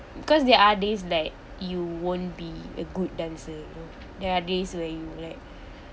because there are days like you won't be a good dancer you know there are days where you like